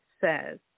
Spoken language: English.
says